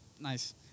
nice